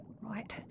Right